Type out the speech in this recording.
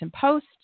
Post